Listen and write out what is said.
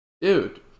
dude